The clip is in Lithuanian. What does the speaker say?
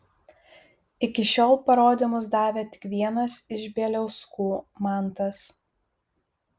iki šiol parodymus davė tik vienas iš bieliauskų mantas